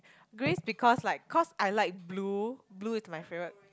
Greece because like cause I like blue blue is my favourite